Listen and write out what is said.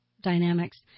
dynamics